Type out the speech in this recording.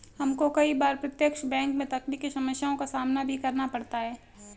हमको कई बार प्रत्यक्ष बैंक में तकनीकी समस्याओं का सामना भी करना पड़ता है